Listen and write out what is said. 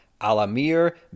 al-Amir